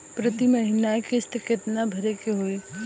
प्रति महीना किस्त कितना भरे के होई?